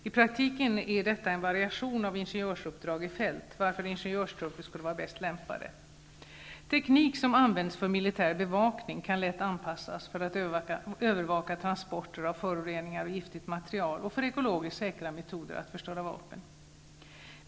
I praktiken är detta en variation av ingenjörsuppdrag i fält, varför ingenjörstrupper skulle vara bäst lämpade. Teknik som används för militär bevakning kan lätt anpassas för att övervaka transporter av föroreningar och giftigt material och för ekologiskt säkra metoder att förstöra vapen.